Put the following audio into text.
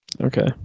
Okay